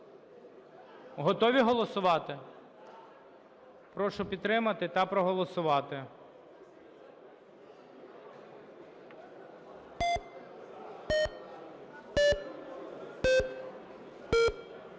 Готові голосувати? Прошу підтримати та проголосувати.